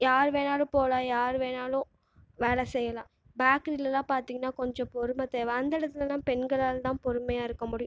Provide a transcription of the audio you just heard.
யார் வேணாலும் போகலாம் யார் வேணாலும் வேலை செய்யலாம் பேக்கரியில் பார்த்திங்கனா கொஞ்சம் பொறுமை தேவை அந்த இடத்துலலாம் பெண்களால் தான் பொறுமையாக இருக்க முடியும்